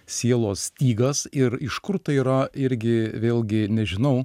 sielos stygas ir iš kur tai yra irgi vėlgi nežinau